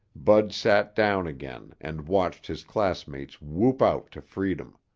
bud sat down again and watched his classmates whoop out to freedom.